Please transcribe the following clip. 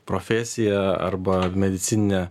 profesiją arba medicininę